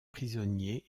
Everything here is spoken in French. prisonnier